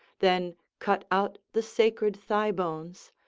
then cut out the sacred thigh bones,